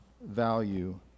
value